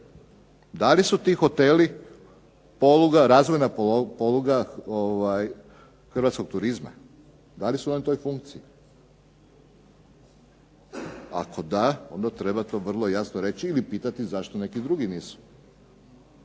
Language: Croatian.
Da li su ti hoteli razvojna poluga hrvatskog turizma, da li su u toj funkciji? Ako da onda to treba vrlo jasno reći ili pitati zašto neki drugi niz.